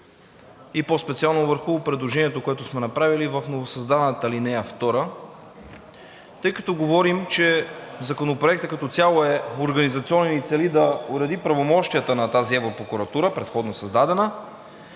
и по-специално върху предложението, което сме направили в новосъздадената ал. 2. Тъй като говорим, че Законопроектът като цяло е организационен и цели да уреди правомощията на тази Европрокуратура – предходно създадена,